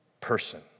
person